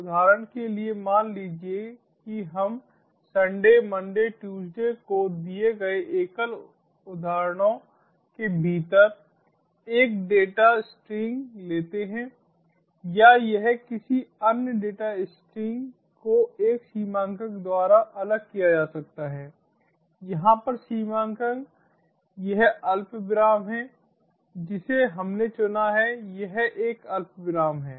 उदाहरण के लिए मान लीजिए कि हम Sunday MondayTuesday को दिए गए एकल उद्धरणों के भीतर एक डेटा स्ट्रिंग लेते हैं या यह किसी अन्य डेटा स्ट्रिंग को एक सीमांकक द्वारा अलग किया जा सकता है यहाँ पर सीमांकक यह अल्पविराम है जिसे हमने चुना है यह एक अल्पविराम है